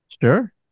Sure